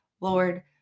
Lord